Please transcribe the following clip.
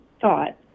thought